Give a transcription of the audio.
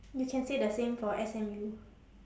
you can say the same for S_M_U